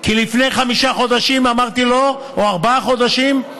כי לפני שלושה או ארבעה או חמישה חודשים,